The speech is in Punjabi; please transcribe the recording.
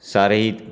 ਸਾਰੇ ਹੀ